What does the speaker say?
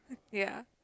ya